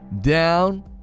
down